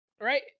right